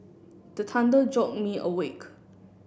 the thunder jolt me awake